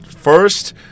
first